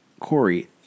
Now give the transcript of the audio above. Corey